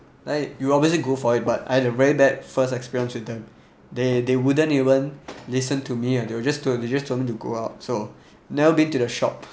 like you obviously go for it but I had a very bad first experience with them they they wouldn't even listen to me and they will just told they just told me to go out so never been to the shop